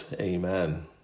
amen